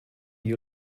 you